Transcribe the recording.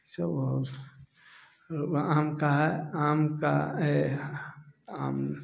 सब आ आम का है आम का आम